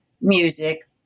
music